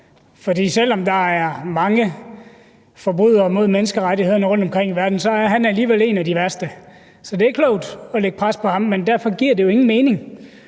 for selv om der er mange, som forbryder sig mod menneskerettighederne rundtomkring i verden, er han alligevel en af de værste. Så det er klogt at lægge pres på ham, men derfor giver det jo ingen mening,